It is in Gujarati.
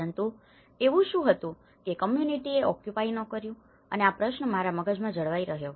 પરંતુ એવું શું હતું કે કમ્યુનીટીએ ઓક્યુપાય ન કર્યું અને આ પ્રશ્ન મારા મગજમાં જળવાઈ રહ્યો